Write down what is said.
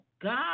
God